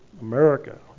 America